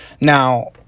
Now